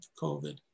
COVID